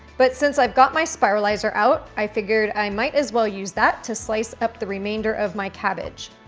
but since i've got my spiralizer out, i figured i might as well use that to slice up the remainder of my cabbage.